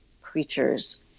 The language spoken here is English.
creatures